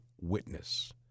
witness